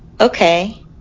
okay